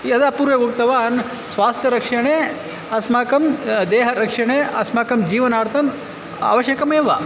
यदा पूर्वे उक्तवान् स्वास्थ्यरक्षणे अस्माकं देहरक्षणे अस्माकं जीवनार्थम् आवश्यकमेव